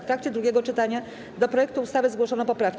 W trakcie drugiego czytania do projektu ustawy zgłoszono poprawki.